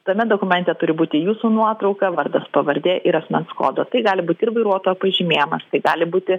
tame dokumente turi būti jūsų nuotrauka vardas pavardė ir asmens kodo tai gali būt ir vairuotojo pažymėjimas tai gali būti